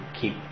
keep